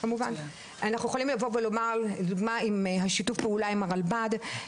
אנחנו יכולים לבוא ולומר לדוגמא עם השיתוף פעולה עם הרלב"ד,